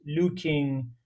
looking